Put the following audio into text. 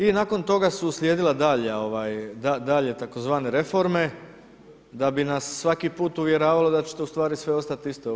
I nakon toga su uslijedila daljnja tzv. reforme da bi nas svaki put uvjeravalo da će to ustvari sve ostat isto.